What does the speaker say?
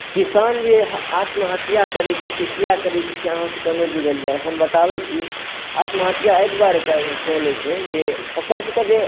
किसान जे आत्महत्या करै छै से किएक करै छै से अहाँसबके नहि बुझल अइ हम बताबै छी आत्महत्या एहि दुआरे कऽ लै छै जे ओकरसबके जे